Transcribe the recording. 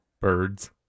Birds